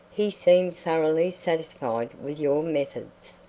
he seemed thoroughly satisfied with your methods.